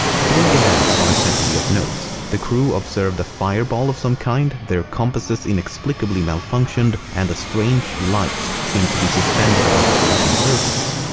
three events are said to be of note. the crew observed a fireball of some kind, their compasses inexplicably malfunctioned, and a strange light seemed to be suspended above the ocean surface.